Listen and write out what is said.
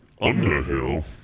Underhill